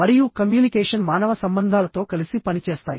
మరియు కమ్యూనికేషన్ మానవ సంబంధాలతో కలిసి పనిచేస్తాయి